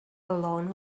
alone